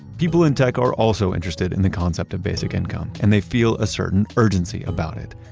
people in tech are also interested in the concept of basic income, and they feel a certain urgency about it.